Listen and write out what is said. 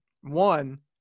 one